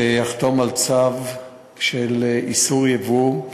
שיחתום על צו של איסור ייבוא.